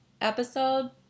episode